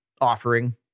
offering